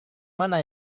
mana